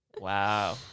Wow